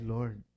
Lord